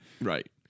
Right